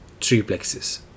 triplexes